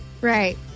Right